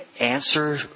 answer